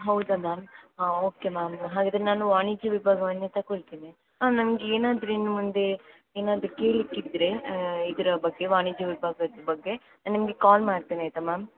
ಹೌದಾ ಮ್ಯಾಮ್ ಹಾಂ okay ma'am ಹಾಗಿದ್ದರೆ ನಾನು ವಾಣಿಜ್ಯ ವಿಭಾಗವನ್ನೇ ತಗೊಳ್ತೇನೆ ಹಾಂ ನನಗೇನಾದ್ರು ಇನ್ನು ಮುಂದೆ ಏನಾದ್ರೂ ಕೇಳ್ಲಿಕ್ಕಿದ್ರೆ ಇದರ ಬಗ್ಗೆ ವಾಣಿಜ್ಯ ವಿಭಾಗದ ಬಗ್ಗೆ ನಿಮಗೆ ಕಾಲ್ ಮಾಡ್ತೇನೆ ಆಯಿತಾ ಮ್ಯಾಮ್